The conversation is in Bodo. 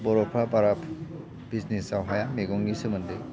बर'फ्रा बारा बिजनेसाव हाया मैगंनि सोमोन्दै